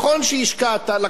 לקחת סיכונים.